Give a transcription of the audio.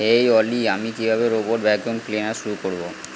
হে অলি আমি কীভাবে রোবট ভ্যাকিউম ক্লিনার শুরু করবো